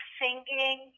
singing